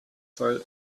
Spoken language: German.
sei